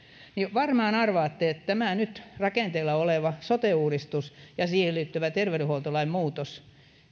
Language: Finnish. varmaan arvaatte että tämä nyt rakenteilla oleva sote uudistus ja siihen liittyvä terveydenhuoltolain muutos